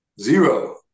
Zero